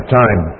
time